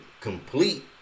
complete